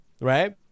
Right